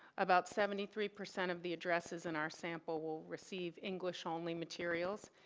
about seventy three percent of the addresses in our sample will receive english only materials.